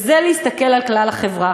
וזה להסתכל על כלל החברה.